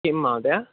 किं महोदय